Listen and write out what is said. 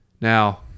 now